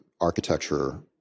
architecture